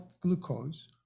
glucose